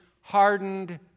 hardened